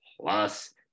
Plus